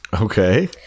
Okay